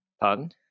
Pardon